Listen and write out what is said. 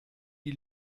die